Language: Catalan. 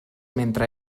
mentre